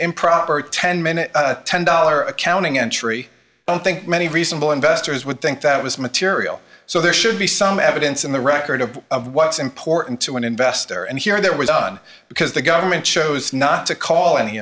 improper ten minute ten dollar accounting entry i don't think many reasonable investors would think that was material so there should be some evidence in the record of what's important to an investor and here there was on because the government chose not to call any